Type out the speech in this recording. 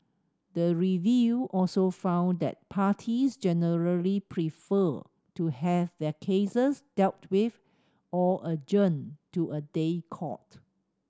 the review also found that parties generally preferred to have their cases dealt with or to a day court